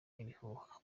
ibihuha